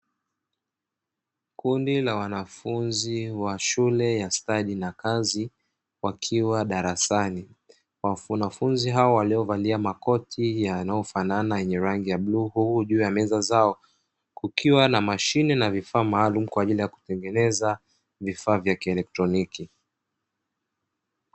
Kundi la wanafunzi wa shule ya stadi na kazi wakiwa darasani, wanafunzi hao waliovalia makoti yanayofanana yenye rangi ya bluu juu ya meza zao, kukiwa na mashine na vifaa maalumu kwa ajili ya kutengeneza vifaa vya kielektroniki.